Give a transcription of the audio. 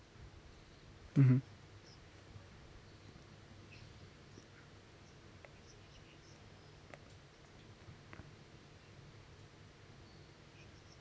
mmhmm